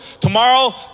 Tomorrow